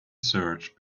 search